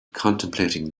contemplating